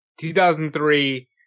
2003